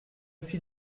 fit